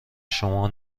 شما